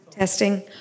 Testing